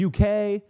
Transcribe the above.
UK